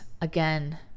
again